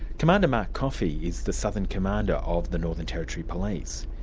commander mark coffey is the southern commander of the northern territory police.